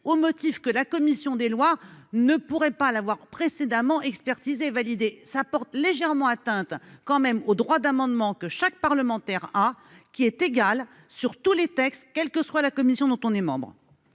au motif que la commission des lois, ne pourrait pas l'avoir précédemment expertiser, valider sa porte légèrement atteinte quand même au droit d'amendement que chaque parlementaire, à qui est égal sur tous les textes, quelle que soit la commission dont on est membre.